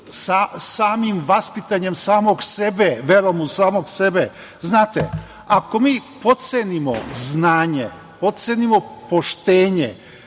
školi, vaspitanjem samog sebe, verom u samog sebe. Znate, ako mi potcenimo znanje, potcenimo poštenje,